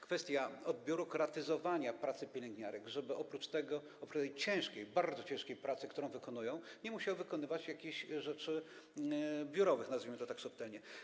Kwestia odbiurokratyzowania pracy pielęgniarek, żeby oprócz ciężkiej, bardzo ciężkiej pracy, którą wykonują, nie musiały wykonywać jakichś rzeczy biurowych, nazwijmy to tak subtelnie.